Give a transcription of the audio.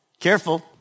careful